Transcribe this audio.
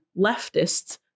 leftists